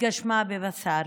התגשמה בבשר,